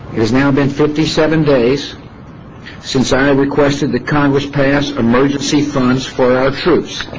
is now being fifty seven days since i requested that congress passed emergency funds for our troops